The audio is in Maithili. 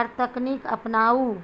आर तकनीक अपनाऊ?